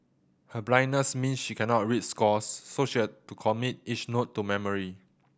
her blindness means she cannot read scores so she has to commit each note to memory